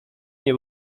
nie